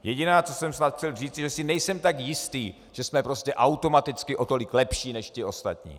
Jediné, co jsem snad chtěl říci, že si nejsem tak jistý, že jsme prostě automaticky o tolik lepší než ti ostatní.